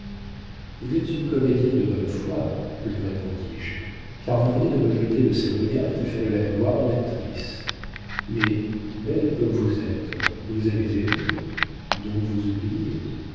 royaume vous êtes une comédienne de bonne foi lui répondis-je car vous venez de me jeter de ces regards qui feraient la gloire d'une actrice mais belle comme vous êtes vous avez aimé donc vous oubliez